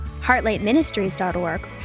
HeartlightMinistries.org